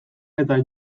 eta